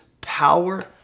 power